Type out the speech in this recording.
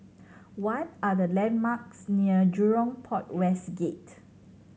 what are the landmarks near Jurong Port West Gate